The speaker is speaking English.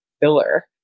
filler